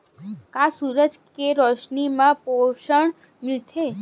का सूरज के रोशनी म पोषण मिलथे?